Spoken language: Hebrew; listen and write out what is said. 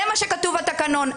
זה מה שכתוב בתקנון.